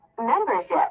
membership